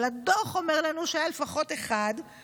אבל הדוח אומר לנו שהיה לפחות אחד,